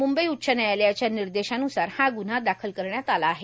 म्ंबई उच्च न्यायालयाच्या निर्देशान्सार हा ग्न्हा दाखल करण्यात आला आहे